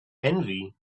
envy